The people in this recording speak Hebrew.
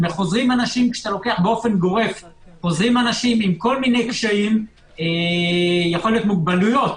חוזרים אנשים עם כל מיני קשיים אולי מוגבלויות,